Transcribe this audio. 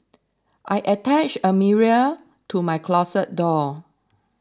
I attached a mirror to my closet door